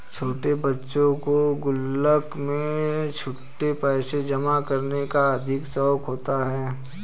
छोटे बच्चों को गुल्लक में छुट्टे पैसे जमा करने का अधिक शौक होता है